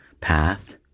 path